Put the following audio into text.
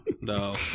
No